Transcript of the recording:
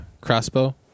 crossbow